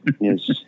yes